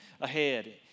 ahead